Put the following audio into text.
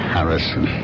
Harrison